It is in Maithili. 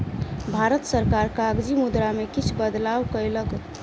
भारत सरकार कागजी मुद्रा में किछ बदलाव कयलक